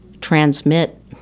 transmit